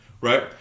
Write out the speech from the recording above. right